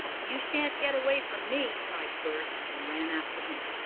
you shan't get away from me! cried bert, and ran after him.